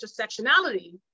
intersectionality